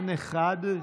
אין אחד,